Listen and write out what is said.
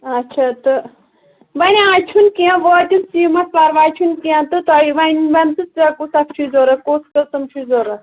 آچھا تہٕ وَنہ آز چھُنہٕ کیٚنٛہہ وٲتِن سیٖمَٹھ پَرواے چھُنہٕ کیٚنٛہہ تہٕ تۄہہِ وَنہِ وَن ژٕ ژےٚ کُس اکھ چھُے ضوٚرَتھ کُس قٕسٕم چھُے ضوٚرَتھ